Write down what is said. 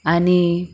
आणि